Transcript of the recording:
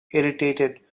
irritated